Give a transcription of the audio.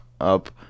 up